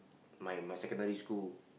my my secondary school